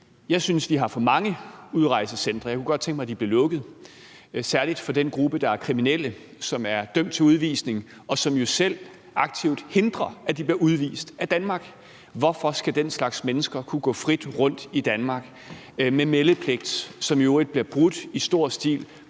jeg synes, vi har for mange udrejsecentre. Jeg kunne godt tænke mig, at de blev lukket, særlig for den gruppe, der er kriminelle, som er dømt til udvisning, og som jo selv aktivt hindrer, at de bliver udvist af Danmark. Hvorfor skal den slags mennesker kunne gå frit rundt i Danmark – med meldepligt, som i øvrigt bliver brudt i stor stil,